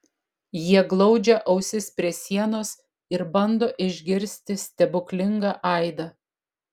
jie glaudžia ausis prie sienos ir bando išgirsti stebuklingą aidą